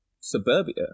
suburbia